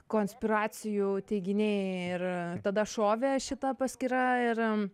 konspiracijų teiginiai ir tada šovė šita paskyra ir